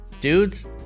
Dudes